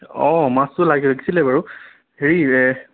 অঁ মাছটো লাগিছিলে বাৰু হেৰি